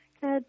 Good